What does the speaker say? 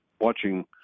watching